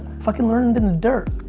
fucking learned it in the dirt